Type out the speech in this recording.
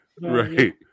Right